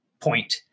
point